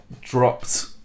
dropped